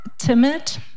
timid